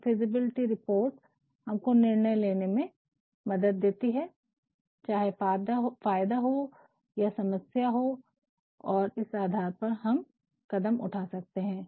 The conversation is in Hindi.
तो फिज़िबलिटी रिपोर्ट हमको निर्णय लेने में मदद करता है चाहे फायदा हो या समस्या और इस आधार पर हम कदम उठा सकते है